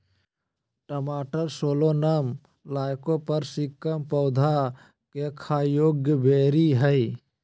टमाटरसोलनम लाइकोपर्सिकम पौधा केखाययोग्यबेरीहइ